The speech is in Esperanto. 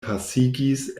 pasigis